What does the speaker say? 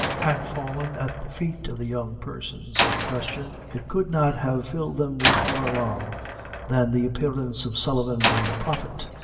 had fallen at the feet of the young persons in question, it could not have filled them with more alarm than the appearance of sullivan and the prophet.